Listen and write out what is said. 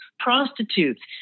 prostitutes